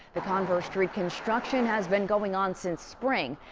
the converese street construction has been going on since spring.